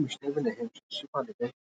הבכור משני בניהם של שפרה לבית